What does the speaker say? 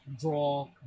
draw